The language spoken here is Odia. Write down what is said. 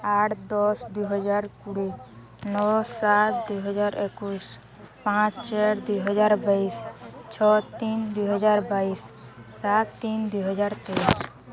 ଆଠ ଦଶ ଦୁଇ ହଜାର କୋଡ଼ିଏ ନଅ ସାତ ଦୁଇ ହଜାର ଏକୋଇଶି ପାଞ୍ଚ ଚାରି ଦୁଇ ହଜାର ବାଇଶି ଛଅ ତିନି ଦୁଇ ହଜାର ବାଇଶି ସାତ ତିନି ଦୁଇ ହଜାର ତେଇଶି